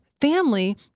family